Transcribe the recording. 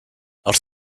els